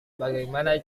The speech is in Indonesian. bagaimana